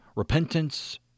Repentance